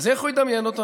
איך הוא ידמיין אותו?